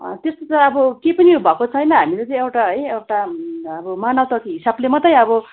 त्यस्तो त अब केही पनि भएको छैन हामीले चाहिँ एउटा है एउटा अब मानवताको हिसाबले मात्रै अब